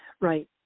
right